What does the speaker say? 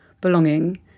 belonging